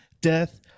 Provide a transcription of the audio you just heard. Death